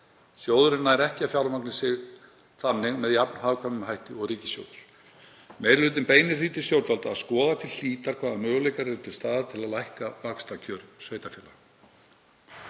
Sjóðurinn nær ekki að fjármagna sig þannig með jafn hagkvæmum hætti og ríkissjóður. Meiri hlutinn beinir því til stjórnvalda að skoða til hlítar hvaða möguleikar eru til staðar til að lækka vaxtakjör sveitarfélaga.